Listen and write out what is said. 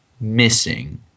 missing